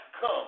come